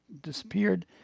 disappeared